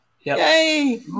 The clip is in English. Yay